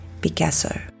Picasso